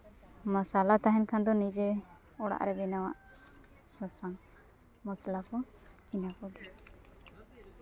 ᱢᱟᱥᱟᱞᱟ ᱛᱟᱦᱮᱱ ᱠᱷᱟᱱ ᱫᱚ ᱱᱤᱡᱮ ᱚᱲᱟᱜ ᱨᱮ ᱵᱮᱱᱟᱣᱟᱜ ᱥᱟᱥᱟᱝ ᱢᱚᱥᱞᱟ ᱠᱚ ᱤᱱᱟᱹ ᱠᱚᱜᱮ